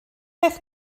beth